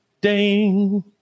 ding